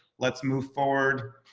let's move forward,